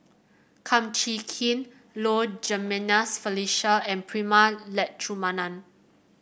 Kum Chee Kin Low Jimenez Felicia and Prema Letchumanan